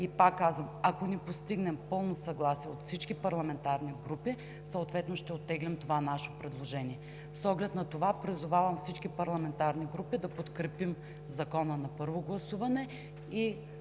Пак казвам, ако не постигнем пълно съгласие от всички парламентарни групи, ще оттеглим това наше предложение. С оглед на това призовавам всички парламентарни групи да подкрепим Закона на първо гласуване,